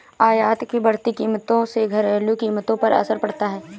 आयात की बढ़ती कीमतों से घरेलू कीमतों पर असर पड़ता है